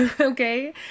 Okay